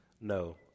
No